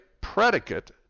predicate